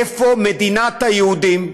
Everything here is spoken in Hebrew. איפה מדינת היהודים,